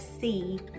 see